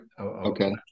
okay